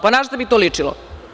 Pa, našta bi to ličilo.